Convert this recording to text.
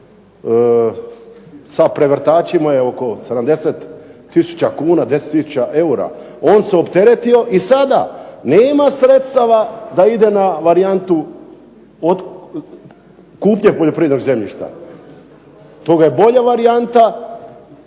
sa prevrtačima je oko 70 tisuća kuna, 10 tisuća eura. On se opteretio i sada nema sredstava da ide na varijantu kupnje poljoprivrednog zemljišta. Stoga je bolja varijanta